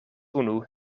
unu